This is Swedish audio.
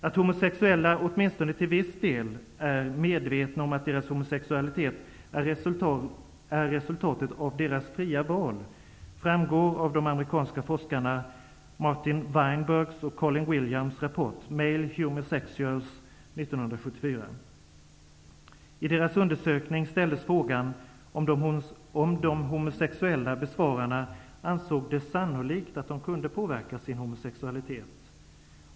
Att homosexuella, åtminstone till viss del, är medvetna om att deras homosexualitet är resultatet av deras fria val framgår av de amerikanska forskarna Martin Weinbergs och Colin Williams rapport ''Male Homosexuals'', 1974. I deras undersökning ställdes frågan om de homosexuella besvararna ansåg det sannolikt att de kunde påverka sin homosexualitet.